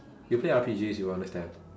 you play R_P_Gs you'll understand